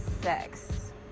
Sex